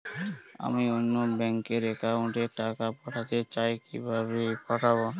আমি অন্য ব্যাংক র অ্যাকাউন্ট এ টাকা পাঠাতে চাই কিভাবে পাঠাবো?